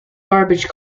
garbage